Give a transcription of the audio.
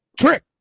Trick